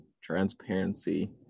transparency